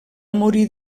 morir